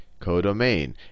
Codomain